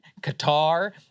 Qatar